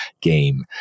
game